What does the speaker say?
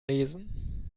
lesen